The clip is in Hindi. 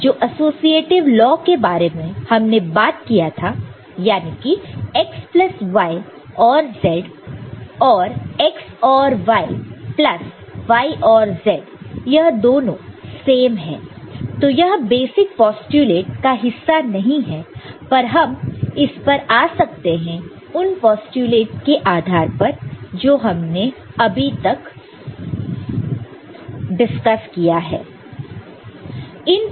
जो एसोसिएटीव लॉ के बारे में हमने बात किया था याने की x plus y OR z और x OR y plus y OR z यह दोनों सेम है तो यह बेसिक पोस्टयूलेट का हिस्सा नहीं है पर हम इस पर आ सकते हैं उन पोस्टयूलेट के आधार पर जो हमने अभी तक उत्तर किया है